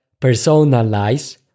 personalize